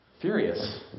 furious